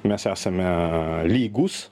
mes esame lygūs